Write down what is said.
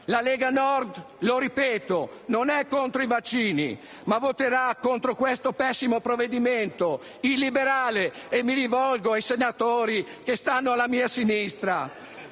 La Lega Nord - lo ripeto - non è contro i vaccini, ma voterà contro questo pessimo provvedimento, illiberale - e mi rivolgo ai senatori che siedono alla mia sinistra